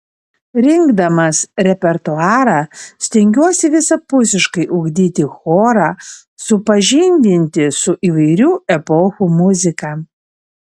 rinkdamas repertuarą stengiuosi visapusiškai ugdyti chorą supažindinti su įvairių epochų muzika